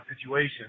situation